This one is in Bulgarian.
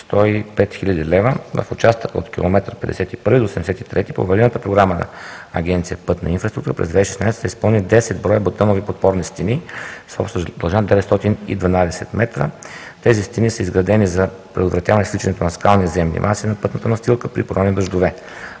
105 хил. лв. В участъка от километър 51 до 73 по Аварийна програма на Агенция „Пътна инфраструктура“ през 2016 г. са изпълнени 10 броя бетонови подпорни стени с обща дължина 912 м. Тези стени са изградени за предотвратяване свличането на скални и земни маси на пътната настилка при поройни дъждове.